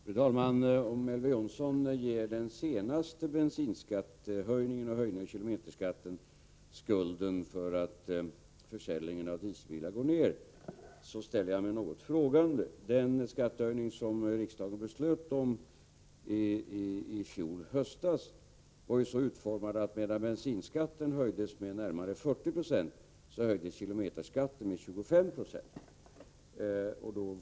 Fru talman! Om Elver Jonsson ger den senaste bensinskattehöjningen och höjningen av kilometerskatten skulden för att försäljningen av dieselbilar går ned, ställer jag mig något frågande. Den skattehöjning som riksdagen beslutade om i fjol höstas var ju så utformad att medan bensinskatten höjdes med närmare 4076, höjdes kilometerskatten med 2596.